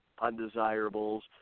undesirables